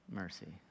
mercy